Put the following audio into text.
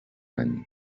any